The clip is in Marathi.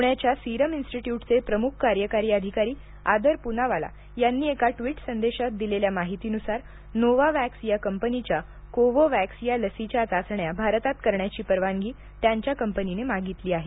पूण्याच्या सिरम इन्स्टिट्यूटचे प्रमुख कार्यकारी अधिकारी अदर पूनावाला यांनी एका ट्वीट संदेशात दिलेल्या माहितीनुसार नोव्हावॅक्स या कंपनीच्या कोव्होव्हॅक्स या लसीच्या चाचण्या भारतात करण्याची परवानगी त्यांच्या कंपनीने मागितली आहे